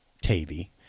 Tavy